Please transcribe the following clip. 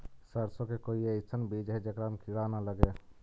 सरसों के कोई एइसन बिज है जेकरा में किड़ा न लगे?